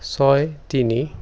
ছয় তিনি